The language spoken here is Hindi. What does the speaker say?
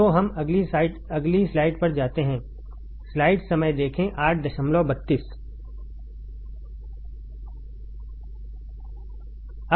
तो हम अगली स्लाइड पर जाते हैं